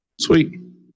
Sweet